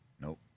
Nope